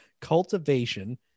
cultivation